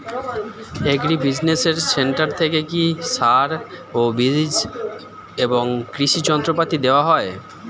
Agri business centre থেকে কি সার ও বিজ এবং কৃষি যন্ত্র পাতি দেওয়া হয়?